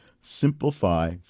simplify